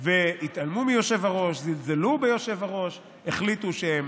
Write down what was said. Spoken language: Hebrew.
והתעלמו מהיושב-ראש, זלזלו ביושב-ראש, החליטו שהם